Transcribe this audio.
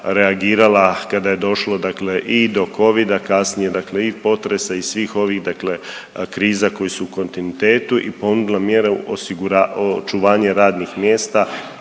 reagirala kada je došlo dakle i do covida, kasnije dakle i potresa i svih ovih dakle kriza koje su u kontinuitetu i ponudila mjeru očuvanje radnih mjesta,